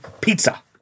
pizza